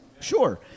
Sure